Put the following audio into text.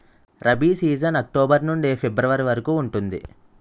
rabi season October నుండి February వరకు ఉంటుంది